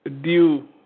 due